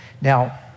Now